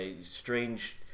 Strange